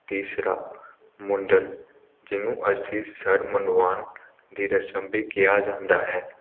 ਤੀਸਰਾ ਮੁੰਡਨ ਜਿਹਨੂੰ ਅਸੀਂ ਸਿਰ ਮੁੰਡਵਾਉਣ ਦੀ ਰਸਮ ਵੀ ਕਿਹਾ ਜਾਂਦਾ ਹੈ